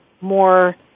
more